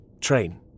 train